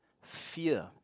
fear